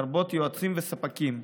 לרבות יועצים וספקים.